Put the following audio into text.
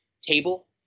table